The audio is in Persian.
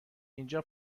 اینجا